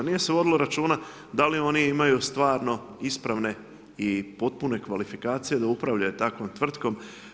Nije se vodilo računa da li oni imaju stvarno ispravne i potpune kvalifikacije da upravljaju takvom tvrtkom.